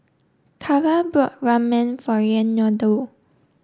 Cara bought Ramen for Reynaldo